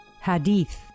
Hadith